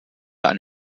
ein